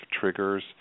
triggers